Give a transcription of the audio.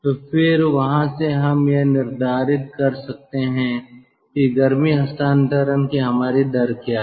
तो फिर वहां से हम यह निर्धारित कर सकते हैं कि गर्मी हस्तांतरण की हमारी दर क्या है